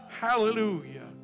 Hallelujah